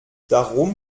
darum